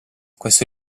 questo